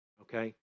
okay